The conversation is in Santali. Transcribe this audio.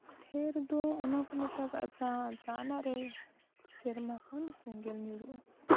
ᱴᱷᱮᱹᱨ ᱫᱚ ᱚᱱᱟ ᱠᱚ ᱢᱮᱛᱟᱜᱟᱜᱼᱟ ᱡᱟᱦᱟᱱᱟᱜ ᱨᱮ ᱥᱮᱨᱢᱟ ᱠᱷᱚᱱ ᱥᱮᱸᱜᱮᱞ ᱧᱩᱨᱦᱩᱜᱼᱟ